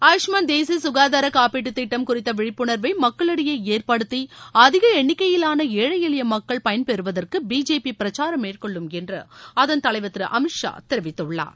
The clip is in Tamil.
ஆயுஷ்மான் தேசிய சுகாதார காப்பீட்டு திட்டம் குறித்த விழிப்புணர்வை மக்களிடையே ஏற்படுத்தி அதிக எண்ணிக்கையிலான ஏழை எளிய மக்கள் பயன் பெறுவதற்கு பிஜேபி பிரசாரம் மேற்கொள்ளும் என்று அதன் தலைவர் திரு அமித்ஷா தெரிவித்துள்ளார்